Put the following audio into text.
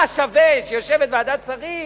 מה שווה שיושבת ועדת שרים,